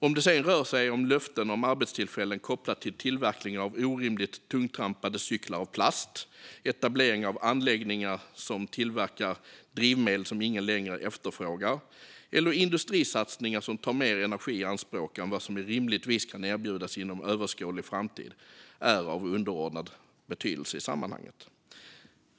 Om det sedan rör sig om löften om arbetstillfällen kopplat till tillverkning av orimligt tungtrampade cyklar av plast, etablering av anläggningar som tillverkar drivmedel som ingen längre efterfrågar eller industrisatsningar som tar mer energi i anspråk än vad som rimligtvis kan erbjudas inom överskådlig framtid är av underordnad betydelse i sammanhanget.